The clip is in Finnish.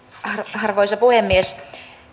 arvoisa puhemies